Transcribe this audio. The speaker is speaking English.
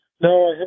No